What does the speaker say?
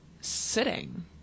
sitting